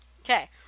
Okay